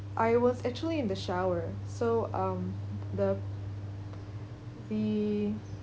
I was actually in the shower so um the the